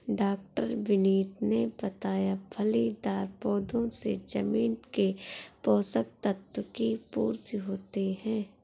डॉ विनीत ने बताया फलीदार पौधों से जमीन के पोशक तत्व की पूर्ति होती है